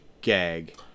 gag